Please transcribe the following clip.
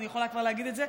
אני יכולה כבר להגיד את זה?